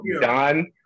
Don